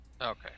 Okay